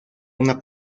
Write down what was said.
una